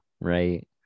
right